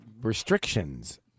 restrictions